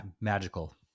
magical